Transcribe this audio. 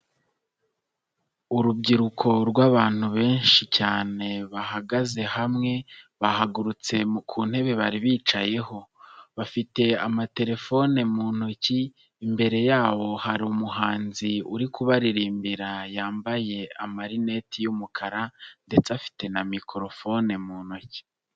Urubyiruko rw'abantu benshi cyane bahagaze hamwe, bahagurutse ku ntebe bari bicayeho. Bafite amatelefone mu ntoki, imbere yabo hari umuhanzi uri kubaririmbira yambaye amarineti y'umukara ndetse afite na mikorofone mu ntoki.